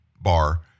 bar